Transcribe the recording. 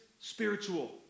spiritual